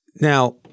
Now